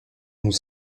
nous